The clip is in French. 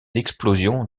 l’explosion